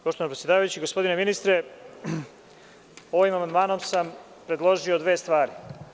Poštovani predsedavajući, gospodine ministre, ovim amandmanom sam predložio dve stvari.